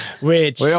which-